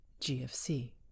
GFC